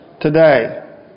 today